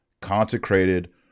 consecrated